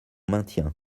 maintien